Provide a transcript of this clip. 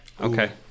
Okay